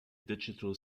digital